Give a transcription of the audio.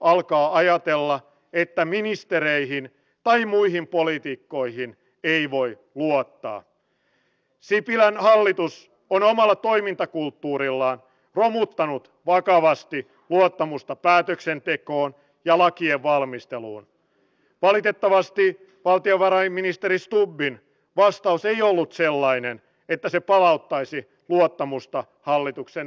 jos ihminen tulee tekemään suunnitellusti kuukauden kahden kuukauden kolmen kuukauden työkeikan se on täysin eri asia kuin se jos koti tuhoutuu ympäriltä ja lähtee sodan keskeltä jonnekin päin hakemaan turvaa jotta ei joutuisi mustan partion valinnan eteen